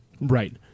Right